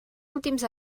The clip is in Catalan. últims